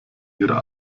ihre